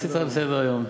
להסיר את ההצעה מסדר-היום.